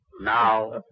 Now